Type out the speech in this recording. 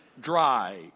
dry